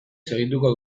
segituko